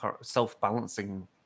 self-balancing